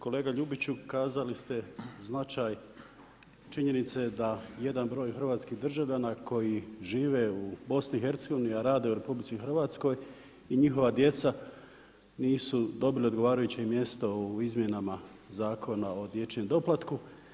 Kolega Ljubiću kazali ste značaj činjenice da jedan broj hrvatskih državljana koji žive u BiH-a a rade u RH i njihova djeca nisu dobile odgovarajuće mjesto u izmjenama Zakona o dječjem doplatku.